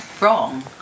wrong